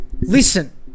listen